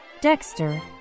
Dexter